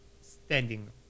standing